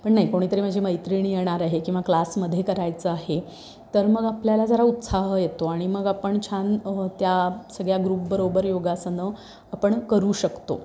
पण नाही कोणीतरी माझी मैत्रीण येणार आहे किंवा क्लासमध्ये करायचं आहे तर मग आपल्याला जरा उत्साह येतो आणि मग आपण छान त्या सगळ्या ग्रुपबरोबर योगासनं आपण करू शकतो